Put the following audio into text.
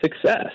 success